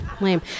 Lame